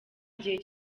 gihe